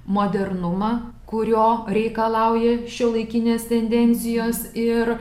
modernumą kurio reikalauja šiuolaikinės tendencijos ir